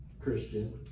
Christian